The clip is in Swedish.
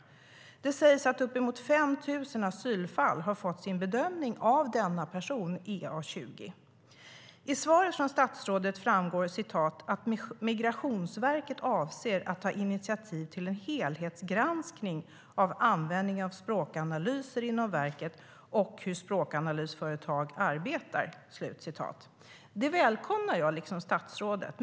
Det sägs att uppemot 5 000 asylfall har fått sin bedömning av denna person, EA20.I svaret från statsrådet framgår att "Migrationsverket avser även att ta ett initiativ till en helhetsgranskning av användningen av språkanalyser inom verket och hur språkanalysföretag arbetar." Det välkomnar jag liksom statsrådet.